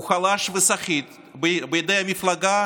הוא חלש וסחיט בידי המפלגה